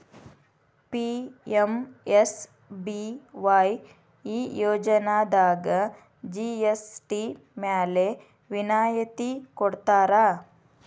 PMSBY ಈ ಯೋಜನಾದಾಗ GST ಮ್ಯಾಲೆ ವಿನಾಯತಿ ಕೊಡ್ತಾರಾ